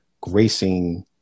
gracing